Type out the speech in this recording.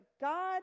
God